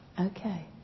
Okay